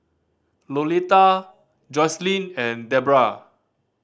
Lolita Joselyn and Debra